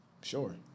Sure